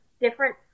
different